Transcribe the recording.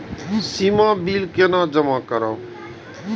सीमा bill केना जमा करब?